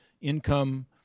income